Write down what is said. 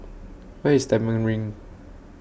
Where IS Stagmont Ring